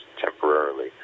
temporarily